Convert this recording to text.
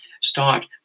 start